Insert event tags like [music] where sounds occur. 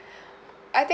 [breath] I think